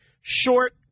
Short